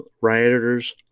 rioters